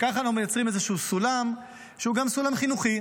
ככה אנחנו מייצרים איזשהו סולם שהוא גם סולם חינוכי.